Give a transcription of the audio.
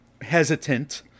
hesitant